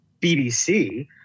BBC